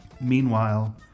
Meanwhile